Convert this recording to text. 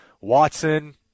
Watson